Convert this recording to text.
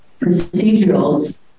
procedurals